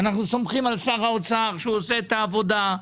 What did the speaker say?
אנחנו סומכים על שר האוצר שהוא עושה את העבודה.